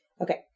Okay